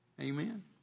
Amen